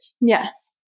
yes